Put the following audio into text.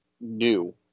new